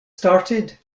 started